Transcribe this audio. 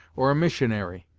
or a missionary.